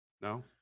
No